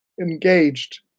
engaged